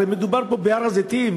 הרי מדובר פה בהר-הזיתים,